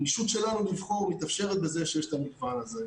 הגמישות שלנו לבחור מתאפשרת בזה שיש את המגוון הזה.